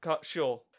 Sure